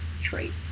traits